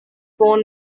born